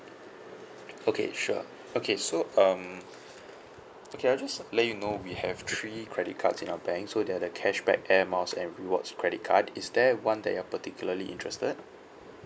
okay sure okay so um okay I will just let you know we have three credit cards in our bank so they are the cashback air miles and rewards credit card is there one that you are particularly interested